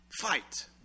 fight